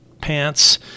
pants